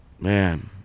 Man